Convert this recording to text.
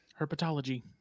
herpetology